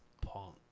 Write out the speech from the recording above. Punk